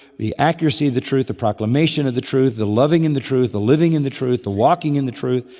the accuracy of the truth, the proclamation of the truth, the loving in the truth, the living in the truth, the walking in the truth.